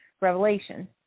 revelation